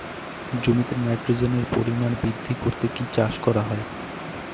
জমিতে নাইট্রোজেনের পরিমাণ বৃদ্ধি করতে কি চাষ করা হয়?